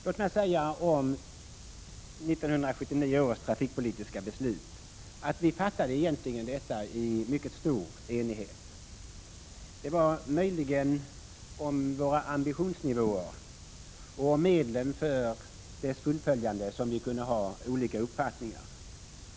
Låt mig säga om 1979 års trafikpolitiska beslut att vi fattade egentligen detta i mycket stor enighet. Det var möjligen om ambitionsnivån och om medlen för dess fullföljande som vi kunde ha olika uppfattningar.